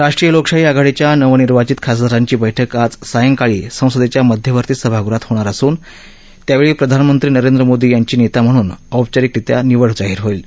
राष्ट्रीय लोकशाही आघाडीच्या नवनिर्वाचित खासदारांची बक्रि आज सायंकाळी संसदच्या मध्यवर्ती सभागृहात होणार असून त्यावछी प्रधानमंत्री नरेंद्र मोदी यांची नत्ता म्हणून औपचारिक रीत्या निवड जाहीर होईल